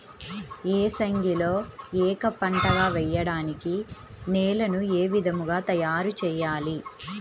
ఏసంగిలో ఏక పంటగ వెయడానికి నేలను ఏ విధముగా తయారుచేయాలి?